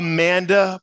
Amanda